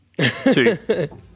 Two